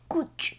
Kuch